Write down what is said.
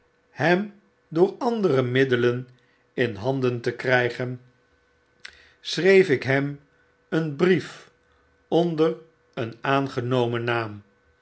hem door andere middelen in handen te krygen schreef ik hem een brief onder een aangenomen naam